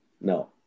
No